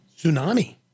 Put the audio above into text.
Tsunami